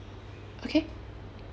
okay